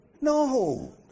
No